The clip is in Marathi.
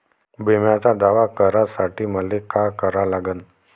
बिम्याचा दावा करा साठी मले का करा लागन?